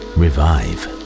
revive